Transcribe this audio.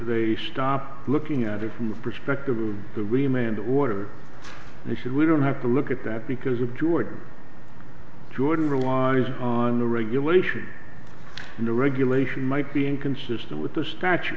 they stop looking at it from the perspective of the remainder order they should we don't have to look at that because with jordan jordan relies on the regulation and the regulation might be inconsistent with the statu